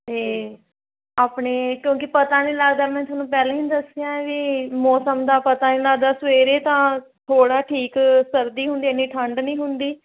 ਅਤੇ ਆਪਣੇ ਕਿਉਂਕਿ ਪਤਾ ਨਹੀਂ ਲੱਗਦਾ ਮੈਂ ਤੁਹਾਨੂੰ ਪਹਿਲਾਂ ਹੀ ਦੱਸਿਆ ਵੀ ਮੌਸਮ ਦਾ ਪਤਾ ਨਹੀਂ ਲੱਗਦਾ ਸਵੇਰੇ ਤਾਂ ਥੋੜ੍ਹਾ ਠੀਕ ਸਰਦੀ ਹੁੰਦੀ ਇੰਨੀ ਠੰਡ ਨਹੀਂ ਹੁੰਦੀ